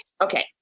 Okay